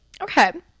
okay